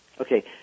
Okay